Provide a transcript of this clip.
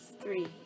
three